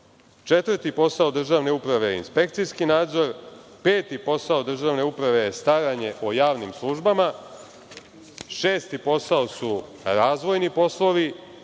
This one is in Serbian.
četvrti posao državne uprave je inspekcijski nadzor. Peti posao državne uprave je staranje o javnim službama. Šesti posao su razvojni poslovi.